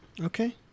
Okay